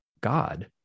God